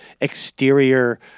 exterior